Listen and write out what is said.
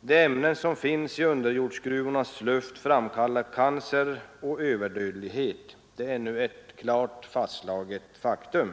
De ämnen som finns i underjordsgruvornas luft framkallar cancer och överdödlighet. Det är nu ett klart fastslaget faktum.